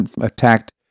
attacked